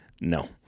no